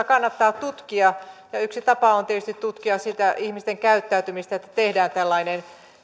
kannattaa tutkia yksi tapa on tietysti tutkia sitä ihmisten käyttäytymistä että tehdään tällainen